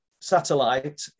satellite